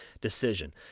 decision